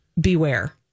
beware